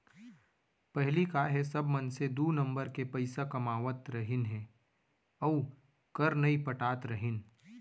पहिली का हे सब मनसे दू नंबर के पइसा कमावत रहिन हे अउ कर नइ पटात रहिन